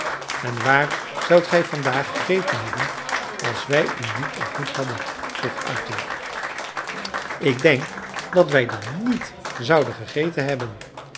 en waar zoudt gij vandaag gegeten hebben als wij u niet ontmoet hadden vroeg arthur ik denk dat wij dan niet zouden gegeten hebben